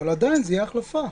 עדיין זה יהיה החלפה.